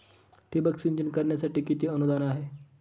ठिबक सिंचन करण्यासाठी किती अनुदान आहे?